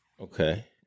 okay